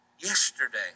Yesterday